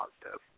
positive